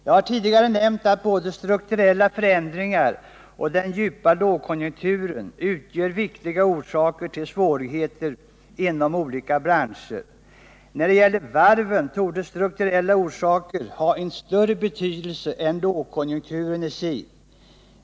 Jag har tidigare nämnt att både strukturella förändringar och den djupa lågkonjunkturen utgör viktiga orsaker till svårigheter inom olika branscher. När det gäller varven torde strukturella orsaker ha en större betydelse än lågkonjunkturen i sig.